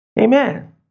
Amen